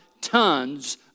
tons